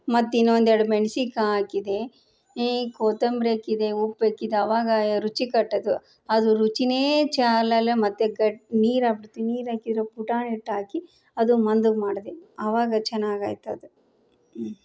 ಮತ್ತೆ ಇನ್ನೊಂದೆರಡು ಮೆಣ್ಸಿನ್ಕಾಯಿ ಹಾಕಿದೆ ಏ ಕೊತ್ತಂಬ್ರಿ ಹಾಕಿದೆ ಉಪ್ಪೇಕಿದೆ ಆವಾಗ ರುಚಿಕಟ್ಟದು ಅದು ರುಚಿಯೇ ಚಾಲಲ್ಲ ಮತ್ತೆ ಗಟ್ಟಿ ನೀರಾಗ್ಬಿಡ್ತು ನೀರು ಹಾಕಿರೊ ಪುಟಾಣಿ ಹಿಟ್ಟಾಕಿ ಅದು ಮಂದಗೆ ಮಾಡಿದೆ ಆವಾಗ ಚೆನ್ನಾಗಾಯ್ತದು